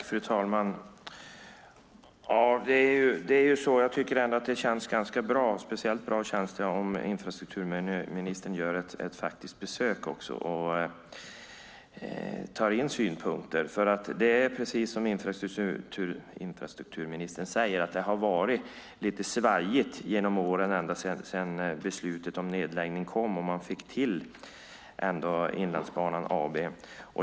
Fru talman! Jag tycker ändå att det känns ganska bra. Speciellt bra känns det om infrastrukturministern gör ett besök också och tar in synpunkter. Precis som infrastrukturministern säger har det varit lite svajigt genom åren, ända sedan beslutet om nedläggning kom och man ändå fick till Inlandsbanan AB.